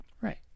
Right